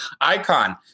Icon